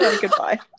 goodbye